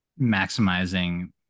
maximizing